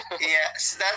yes